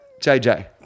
JJ